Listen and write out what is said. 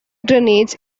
grenades